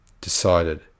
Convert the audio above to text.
Decided